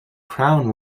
crown